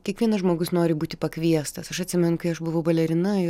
kiekvienas žmogus nori būti pakviestas aš atsimenu kai aš buvau balerina ir